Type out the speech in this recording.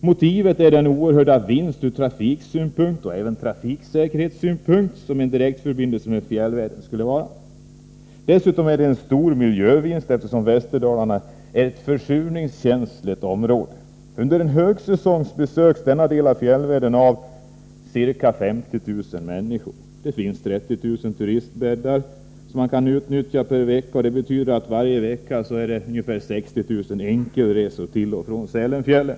Motivet är den oerhörda vinst ur trafiksynpunkt och även trafiksäkerhetssynpunkt som en direktförbindelse med fjällvärlden skulle vara. Dessutom är det en stor miljövinst, eftersom Västerdalarna är ett försurningskänsligt område. Under högsäsong besöks denna del av fjällvärlden av ca 50 000 människor. Det finns 30 000 turistbäddar som man kan utnyttja per vecka. Det betyder att det varje vecka företas ungefär 60 000 enkelresor till och från Sälenfjällen.